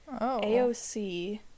AOC